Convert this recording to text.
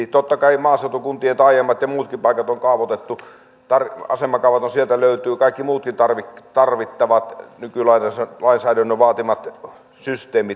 totta kai maaseutukuntien taajamat ja muutkin paikat on kaavoitettu asemakaavat on ja sieltä löytyy kaikki muutkin tarvittavat nykylainsäädännön vaatimat systeemit